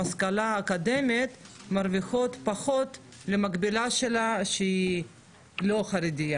השכלה אקדמית מרוויחות פחות מהמקבילה שלהן שהן לא חרדיות.